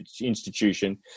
institution